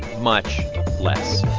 much less?